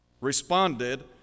responded